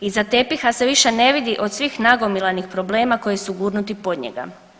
Iza tepiha se više ne vidi od svih nagomilanih problema koji su gurnuti pod njega.